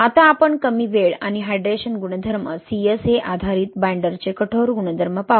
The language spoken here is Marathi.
आता आपण कमी वेळ आणि हायड्रेशन गुणधर्म CSA आधारित बाइंडरचे कठोर गुणधर्म पाहू